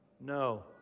No